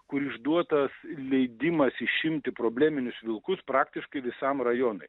kur išduotas leidimas išimti probleminius vilkus praktiškai visam rajonui